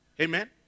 Amen